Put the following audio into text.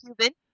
Cuban